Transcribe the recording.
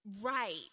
Right